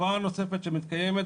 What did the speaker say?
תופעה נוספת שמתקיימת,